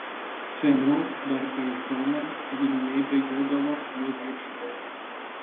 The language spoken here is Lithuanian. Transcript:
seniau dar prieš zoną ji nei bėgiodavo nei vaikščiodavo